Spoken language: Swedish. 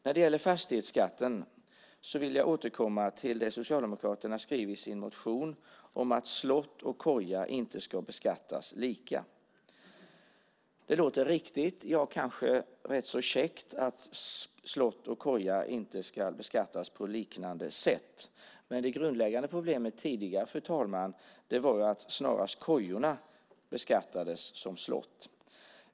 När det gäller fastighetsskatten vill jag återkomma till det som Socialdemokraterna skriver i sin motion om att slott och koja inte ska beskattas lika. Det låter riktigt och kanske rätt så käckt att slott och koja inte ska beskattas på liknande sätt. Men det grundläggande problemet tidigare var snarast att kojorna beskattades som slott.